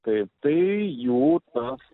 taip tai jų tas